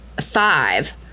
five